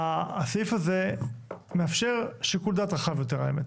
הסעיף הזה מאפשר שיקול דעת רחב יותר האמת.